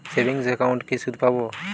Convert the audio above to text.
Savings একাউন্টে কি সুদ পাব?